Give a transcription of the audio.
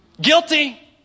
Guilty